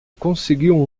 conseguiu